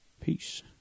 peace